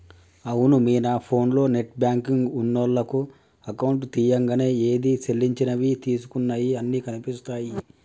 అవును మీనా ఫోన్లో నెట్ బ్యాంకింగ్ ఉన్నోళ్లకు అకౌంట్ తీయంగానే ఏది సెల్లించినవి తీసుకున్నయి అన్ని కనిపిస్తాయి